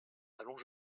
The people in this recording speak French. allons